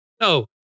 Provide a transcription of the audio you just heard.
no